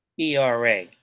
ERA